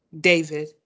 David